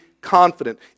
confident